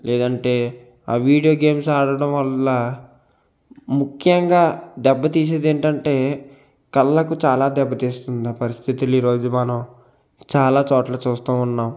లేదంటే ఆ video games ఆడడం వల్ల ముఖ్యంగా దెబ్బ తీసేది ఏంటంటే కళ్ళకు చాలా దెబ్బ తీస్తుంది ఆ పరిస్థితులు ఈ రోజు మనం చాలా చోట్ల చూస్తూ ఉన్నాం